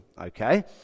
okay